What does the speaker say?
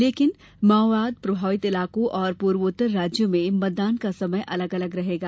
लेकिन माओवाद प्रभावित इलाकों और पूर्वोत्तर राज्यों में मतदान का समय अलग अलग रहेगा